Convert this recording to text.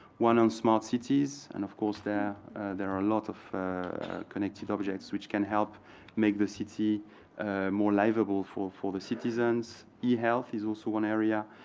one of small cities, and of course there there are a lot of connected objects which can help make the city more livable for for the citizens. ehealth is also one area,